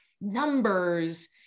numbers